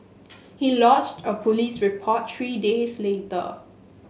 he lodged a police report three days later